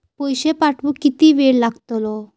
पैशे पाठवुक किती वेळ लागतलो?